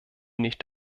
nicht